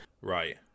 right